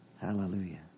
Hallelujah